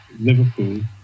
Liverpool